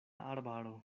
arbaro